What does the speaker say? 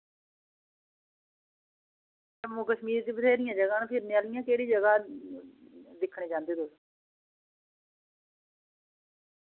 जम्मू कश्मीर च बथ्हेरियां जगहां न फिरने आह्लियां केह्ड़ी जगह दिक्खने चाह्न्दे तुस